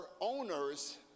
owner's